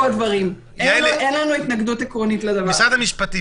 על-פי דברי ההסבר,